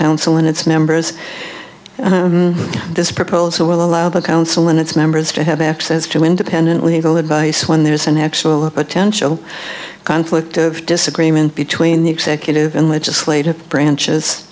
and its members this proposal will allow the council and its members to have access to independent legal advice when there's an actual potential conflict of disagreement between the executive and legislative branches